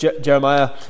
Jeremiah